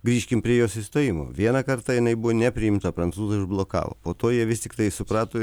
grįžkim prie jos įstojimo vieną kartą jinai buvo nepriimta prancūzai užblokavo po to jie vis tiktai suprato